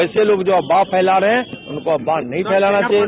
ऐसे लोग जो अफवाह फैला रहे हैं उनको यह अफवाह नहीं फैलाना चाहिए